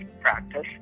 practice